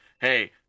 Hey